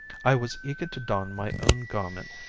i was eager to don my own garment,